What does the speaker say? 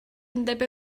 undeb